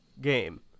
game